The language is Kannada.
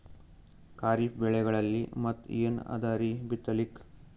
ಖರೀಫ್ ಬೆಳೆಗಳಲ್ಲಿ ಮತ್ ಏನ್ ಅದರೀ ಬಿತ್ತಲಿಕ್?